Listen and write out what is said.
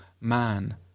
man